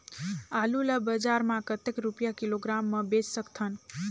आलू ला बजार मां कतेक रुपिया किलोग्राम म बेच सकथन?